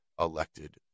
elected